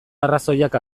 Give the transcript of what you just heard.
arrazoiak